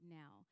now